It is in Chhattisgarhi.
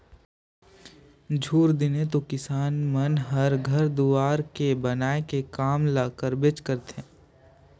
झूर दिने तो किसान मन हर घर दुवार के बनाए के काम ल करबेच करथे